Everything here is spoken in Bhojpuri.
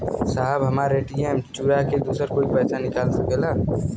साहब हमार ए.टी.एम चूरा के दूसर कोई पैसा निकाल सकेला?